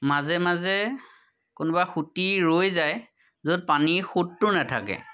মাজে মাজে কোনোবা সোঁত ৰৈ যায় য'ত পানী সোঁতটো নাথাকে